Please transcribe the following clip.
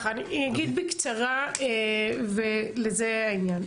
אני אגיד קצרה וזה העניין.